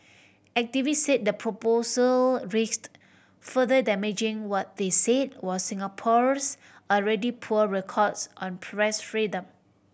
activist say the proposal risked further damaging what they said was Singapore's already poor records on press freedom